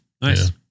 nice